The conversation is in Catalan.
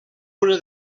una